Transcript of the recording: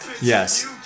Yes